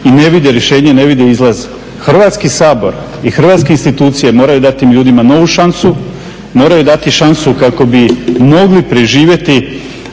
i ne vide rješenje, ne vide izlaz. Hrvatski sabor i hrvatske institucije moraju dati tim ljudima novu šansu, moraju dati šansu kako bi mogli preživjeti